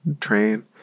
train